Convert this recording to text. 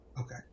okay